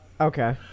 Okay